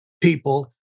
people